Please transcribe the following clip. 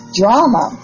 drama